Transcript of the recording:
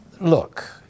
look